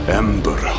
ember